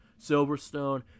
Silverstone